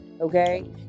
okay